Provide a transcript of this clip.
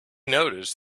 noticed